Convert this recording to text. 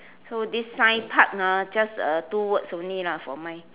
so this sign park ah just uh two words only lah for mine